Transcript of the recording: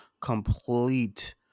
complete